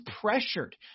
pressured